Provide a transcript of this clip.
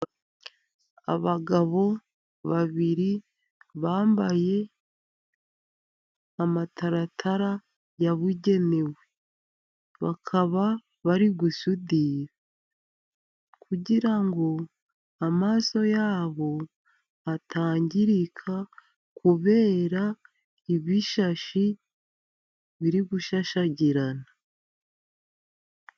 Abagabo babiri bambaye amataratara yabugenewe, bakaba bari gusudira, kugira ngo amaso yabo atangirika, kubera ibishashi biri gushashagirana.